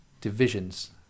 divisions